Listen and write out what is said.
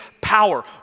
power